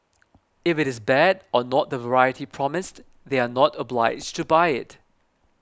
if it is bad or not the variety promised they are not obliged to buy it